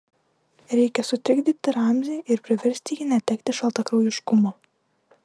reikia sutrikdyti ramzį ir priversti jį netekti šaltakraujiškumo